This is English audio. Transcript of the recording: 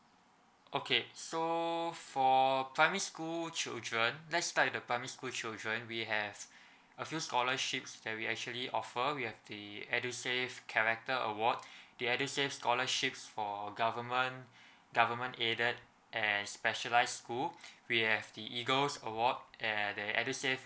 okay so for primary school children let's start with the primary school children we have a few scholarships that we actually offer we have the edusave character award the edusave scholarships for government government aided and specialized school we have the eagles award and the edusave